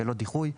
בלא דיחוי,